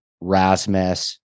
Rasmus